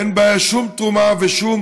אין בה שום תרומה ושום